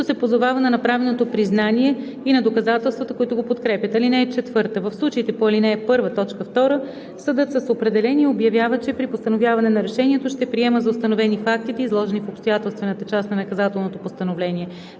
като се позовава на направеното признание и на доказателствата, които го подкрепят. (4) В случаите по ал. 1, т. 2 съдът с определение обявява, че при постановяване на решението ще приема за установени фактите, изложени в обстоятелствената част на наказателното постановление.